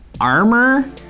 armor